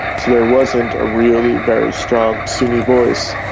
so there wasn't a really very strong sunni voice.